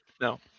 No